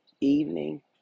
evening